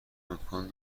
امکان